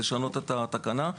לשנות את התקנה.